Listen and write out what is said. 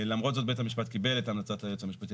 למרות זאת בית המשפט קיבל את המלצת היועץ המשפטי